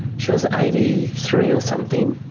she was eighty three or something.